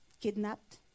kidnapped